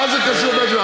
מה זה קשור לזה?